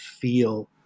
feel